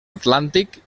atlàntic